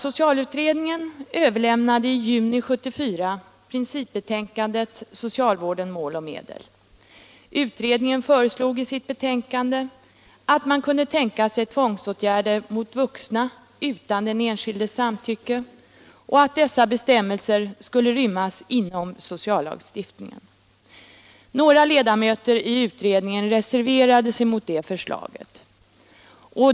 Socialutredningen överlämnade i juni 1974 principbetänkandet Socialvården — Mål och medel. Utredningen framhöll i sitt betänkande att man kunde tänka sig tvångsåtgärder mot vuxna utan den enskildes samtycke och att dessa bestämmelser skulle rymmas inom sociallagstiftningen. Några ledamöter av utredningen reserverade sig emot detta förslag.